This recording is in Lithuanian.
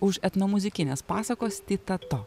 už etnomuzikinės pasakos titato